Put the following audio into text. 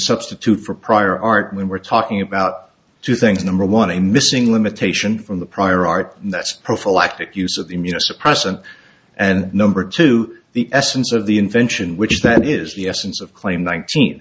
substitute for prior art when we're talking about two things number one a missing limitation from the prior art that's prophylactic use of immunosuppressant and number two the essence of the invention which is that is the essence of claim nineteen